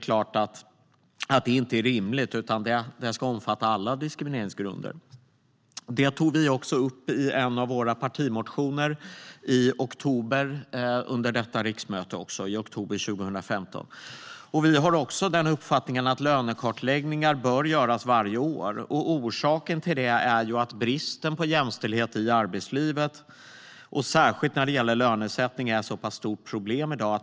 Alla diskrimineringsgrunder ska omfattas. Det tog vi också upp i en av våra partimotioner i oktober 2015, under detta riksmöte. Vi har också uppfattningen att lönekartläggningar bör göras varje år. Orsaken är att bristen på jämställdhet i arbetslivet, särskilt när det gäller lönesättning, är ett så pass stort problem i dag.